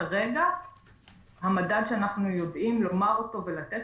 כרגע המדד שאנחנו יודעים לומר ולתת